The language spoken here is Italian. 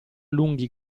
lunghi